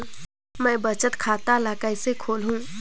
मैं बचत खाता ल किसे खोलूं?